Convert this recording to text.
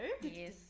Yes